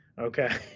Okay